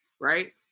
right